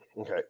Okay